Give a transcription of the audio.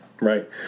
right